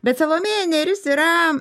bet salomėja nėris yra